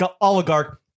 oligarch